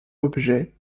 objets